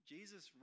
Jesus